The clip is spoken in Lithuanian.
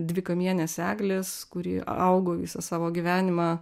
dvikamienės eglės kuri augo visą savo gyvenimą